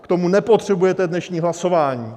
K tomu nepotřebujete dnešní hlasování.